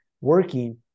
working